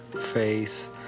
face